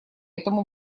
этому